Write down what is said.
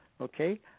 okay